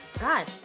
God